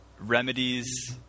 Remedies